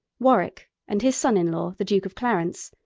warwick and his son-in-law, the duke of clarence,